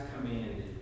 commanded